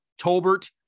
Tolbert